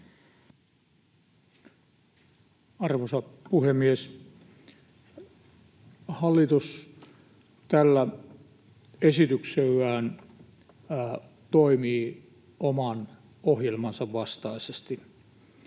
Arvoisa puhemies! Hallitus tällä esityksellään toimii oman ohjelmansa vastaisesti.